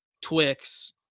Twix